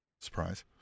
Surprise